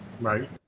Right